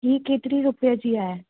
हीअ केतिरी रुपए जी आहे